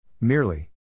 Merely